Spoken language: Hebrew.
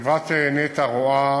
חברת נת"ע רואה